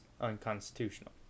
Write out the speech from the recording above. unconstitutional